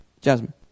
Jasmine